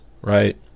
right